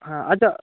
হ্যাঁ আচ্ছা